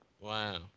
Wow